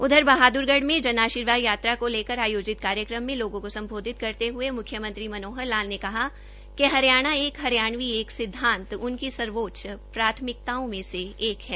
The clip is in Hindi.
उधर बहादरगढ़ में जन आर्शीवाद यात्रा को लेकर आयोजित कार्यक्रम में लोगों को संबोधित करते हये म्ख्यमंत्री मनोहर लाल ने कहा कि हरियाणा एक हरियाणवी एक सिद्वांत उनकी सर्वोच्च प्राथमिकताओं में से एक है